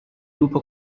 lupo